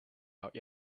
out